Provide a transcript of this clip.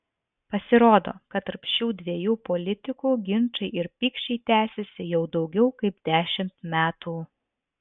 pasirodo kad tarp šių dviejų politikų ginčai ir pykčiai tęsiasi jau daugiau kaip dešimt metų